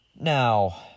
Now